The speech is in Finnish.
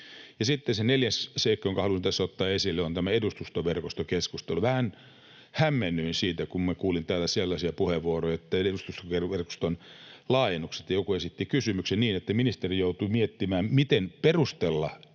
Ja sitten se neljäs seikka, jonka halusin tässä ottaa esille, on tämä edustustoverkostokeskustelu. Vähän hämmennyin siitä, kun kuulin täällä sellaisia puheenvuoroja, että edustustoverkoston laajennuksesta joku esitti kysymyksen niin, että ministeri joutui miettimään, miten perustella